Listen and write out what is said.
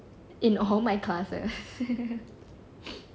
in all my class eh